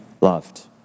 loved